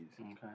Okay